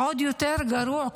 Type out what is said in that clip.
עוד יותר גרוע,